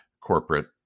corporate